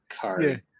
card